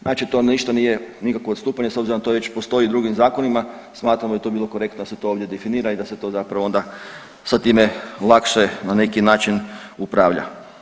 Znači to ništa nije, nikakvo odstupanje s obzirom da to već postoji u drugim zakonima, smatramo da bi to bilo korektno da se to ovdje definira i da se to zapravo onda sa time lakše na neki način upravlja.